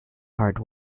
hard